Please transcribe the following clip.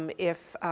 um if,